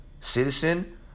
citizen